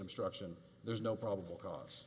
obstruction there's no probable cause